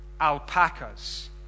alpacas